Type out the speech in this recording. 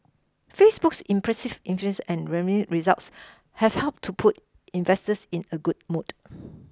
Facebook's impressive and revenue results have helped to put investors in a good mood